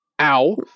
ow